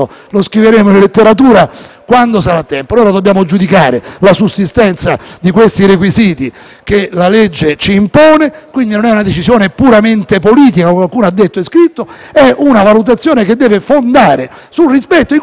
come la legge ci impone. Quindi, questa non una è decisione puramente politica, come qualcuno ha detto e scritto, ma una valutazione che deve fondarsi sul rispetto di quell'area grigia, dove potrebbe esserci un reato, se non ci fosse, però, un principio di interesse preminente che va a bilanciare